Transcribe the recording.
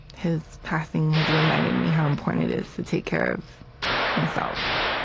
his passing has reminded me how important it is to take care of myself,